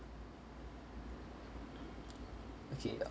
okay